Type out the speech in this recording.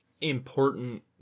important